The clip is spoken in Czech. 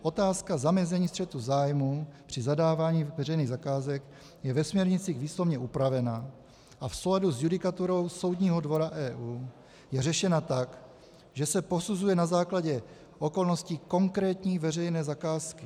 Otázka zamezení střetu zájmů při zadávání veřejných zakázek je ve směrnicích výslovně upravena a v souladu s judikaturou Soudního dvora EU je řešena tak, že se posuzuje na základě okolností konkrétní veřejné zakázky.